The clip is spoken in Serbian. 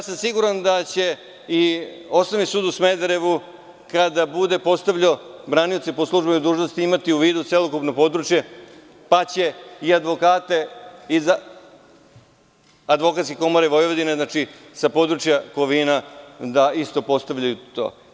Siguran sam da će i Osnovni sud u Smederevu kada bude postavljao branioce po služenoj dužnosti imati u vidu celokupno područje, pa će i advokate iz Advokatske komore Vojvodine, sa područja Kovina da isto postavljaju tu.